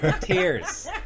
Tears